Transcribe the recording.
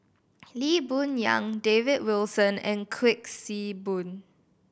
Lee Boon Yang David Wilson and Kuik Swee Boon